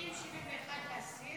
70 71, להסיר.